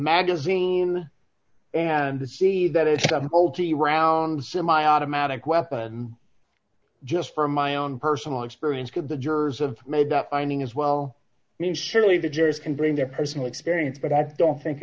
magazine and to see that it's a multi round semiautomatic weapon just for my own personal experience could the jurors of made the finding as well i mean surely the jurors can bring their personal experience but i don't think